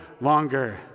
longer